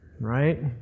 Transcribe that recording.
Right